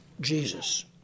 Jesus